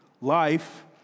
life